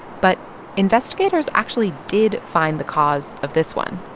but investigators actually did find the cause of this one.